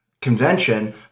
convention